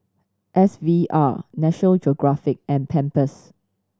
S V R National Geographic and Pampers